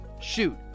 shoot